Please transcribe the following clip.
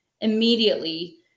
immediately